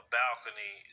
balcony